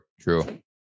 true